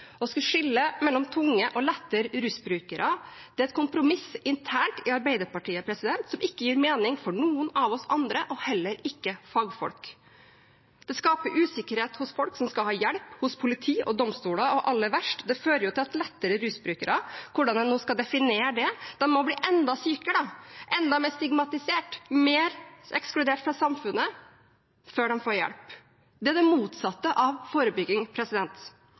Å skulle skille mellom tunge og lettere rusbrukere er et kompromiss internt i Arbeiderpartiet som ikke gir mening for noen av oss andre – og heller ikke fagfolk. Det skaper usikkerhet hos folk som skal ha hjelp hos politi og domstoler. Og aller verst: Det fører til at lettere rusbrukere – hvordan vi enn skal definere det – må bli enda sykere, enda mer stigmatisert og mer ekskludert fra samfunnet før de får hjelp. Det er det motsatte av forebygging.